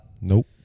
Nope